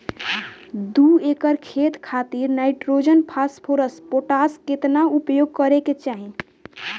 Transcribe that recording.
दू एकड़ खेत खातिर नाइट्रोजन फास्फोरस पोटाश केतना उपयोग करे के चाहीं?